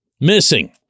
missing